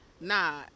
Nah